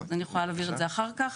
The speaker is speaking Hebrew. אני יכולה להעביר את זה אחר כך.